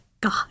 God